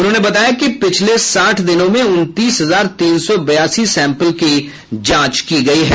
उन्होंने बताया कि पिछले साठ दिनों में उनतीस हजार तीन सौ बयासी सैंपल की जांच की गयी है